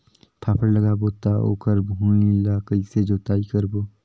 फाफण लगाबो ता ओकर भुईं ला कइसे जोताई करबो?